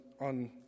on